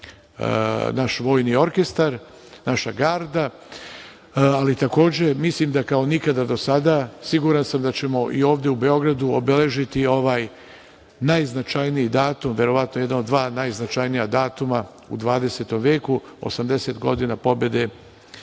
naš vojni orkestar, naša garda. Ali, takođe, mislim da kao nikada do sada, siguran sam da ćemo i ovde u Beogradu obeležiti i ovaj najznačajniji datum, verovatno jedan od dva najznačajnija datuma u 20. veku, 80 godina od pobede